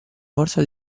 forza